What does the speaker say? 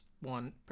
one